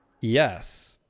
yes